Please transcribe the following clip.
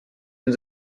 and